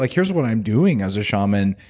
like here's what i'm doing as a shaman,